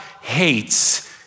hates